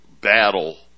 battle